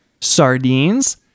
sardines